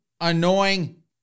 annoying